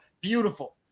Beautiful